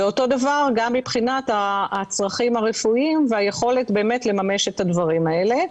ואותו דבר גם מבחינת הצרכים הרפואיים והיכולת באמת לממש את הדברים האלה,